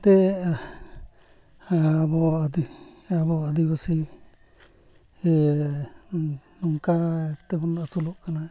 ᱛᱮ ᱟᱵᱚ ᱟᱹᱫᱤᱵᱟᱥᱤ ᱱᱚᱝᱠᱟ ᱛᱮᱵᱚᱱ ᱟᱹᱥᱩᱞᱚᱜ ᱠᱟᱱᱟ